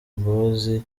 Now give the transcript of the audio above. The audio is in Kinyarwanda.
imbabazi